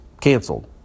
canceled